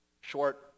short